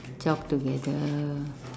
jog together